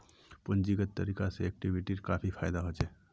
पूंजीगत तरीका से इक्विटीर काफी फायेदा होछे